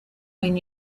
when